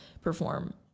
perform